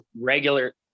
regular